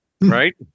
Right